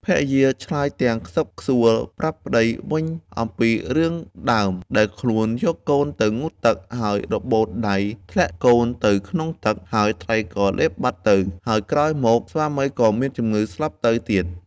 ភរិយាឆ្លើយទាំងខ្សឹកខ្សួលប្រាប់ប្ដីវិញអំពីរឿងដើម ដែលខ្លួនយកកូនទៅងូតទឹកហើយរបូតដៃធ្លាក់កូនទៅក្នុងទឹក ហើយត្រីក៏លេបបាត់ទៅ ហើយក្រោយមក ស្វាមីក៏មានជំងឺស្លាប់ទៅទៀត។